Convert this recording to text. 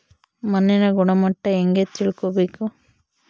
ಮಣ್ಣಿನ ಗುಣಮಟ್ಟ ಹೆಂಗೆ ತಿಳ್ಕೊಬೇಕು?